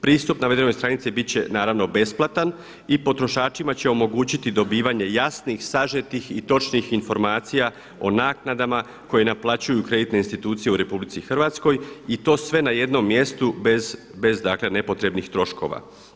Pristup navedenoj stranici bit će naravno besplatan i potrošačima će omogućiti dobivanje jasnih, sažetih i točnih informacija o naknadama koje naplaćuju kreditne institucije u RH i to sve na jednom mjestu bez dakle nepotrebnih troškova.